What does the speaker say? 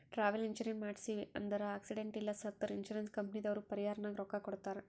travel insurance ಮಾಡ್ಸಿವ್ ಅಂದುರ್ accident ಇಲ್ಲ ಸತ್ತುರ್ ಇನ್ಸೂರೆನ್ಸ್ ಕಂಪನಿದವ್ರು ಪರಿಹಾರನಾಗ್ ರೊಕ್ಕಾ ಕೊಡ್ತಾರ್